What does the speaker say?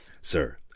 Sir